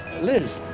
liz,